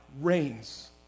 reigns